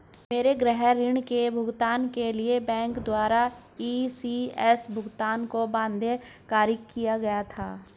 मेरे गृह ऋण के भुगतान के लिए बैंक द्वारा इ.सी.एस भुगतान को बाध्यकारी किया गया था